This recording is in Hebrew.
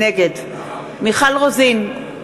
נגד מיכל רוזין,